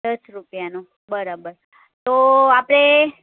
દસ રૂપિયાનો બરાબર તો આપણે